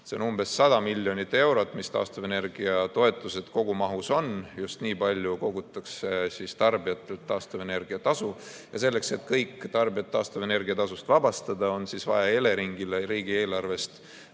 See on umbes 100 miljonit eurot, mis taastuvenergia toetused kogumahus on. Just nii palju kogutakse tarbijatelt taastuvenergia tasu. Selleks, et kõik tarbijad taastuvenergia tasust vabastada, on vaja Eleringile riigieelarvest see